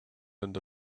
and